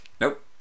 Nope